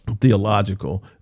theological